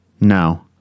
No